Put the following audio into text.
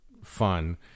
fun